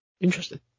Interesting